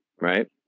right